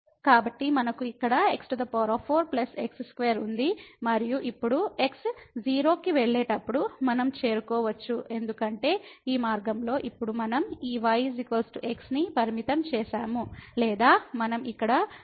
అయితే మనకు ఇక్కడ x4 x2 ఉంది మరియు ఇప్పుడు x 0 కి వెళ్ళేటప్పుడు మనం చేరుకోవచ్చు ఎందుకంటే ఈ మార్గంలో ఇప్పుడు మనం ఈ y x ని పరిమితం చేసాము లేదా మనం ఇక్కడ y x ను ప్రత్యామ్నాయం చేసాము